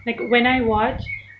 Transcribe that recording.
like when I watch